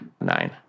Nine